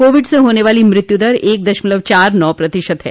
Covid से होने वाली मृत्युदर एक दशमलव चार नौ प्रतिशत है